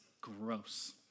Gross